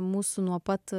mūsų nuo pat